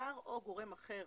השר או גורם אחר